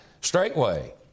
straightway